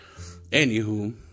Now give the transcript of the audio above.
Anywho